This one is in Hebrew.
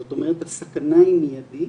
זאת אומרת הסכנה היא מיידית,